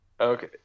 Okay